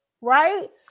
right